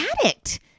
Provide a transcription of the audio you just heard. addict